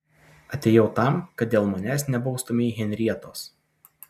atėjau tam kad dėl manęs nebaustumei henrietos